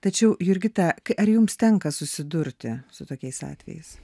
tačiau jurgita ar jums tenka susidurti su tokiais atvejais